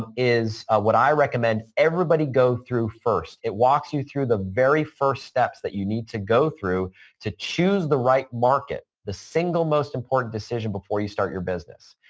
is what i recommend everybody go through first. it walks you through the very first steps that you need to go through to choose the right market, the single most important decision before you start your business.